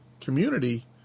community